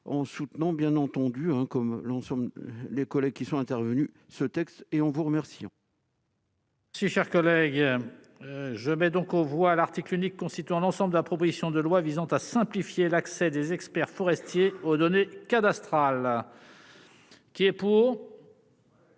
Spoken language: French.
en soutenant bien entendu un, comme l'on sur les collègues qui sont intervenus ce texte et on vous remercions. Si cher collègue, je mets donc on voit l'article unique constituant l'ensemble de la proposition de loi visant à simplifier l'accès des experts forestiers aux données cadastrales qui est pour.